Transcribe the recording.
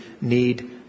need